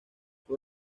fue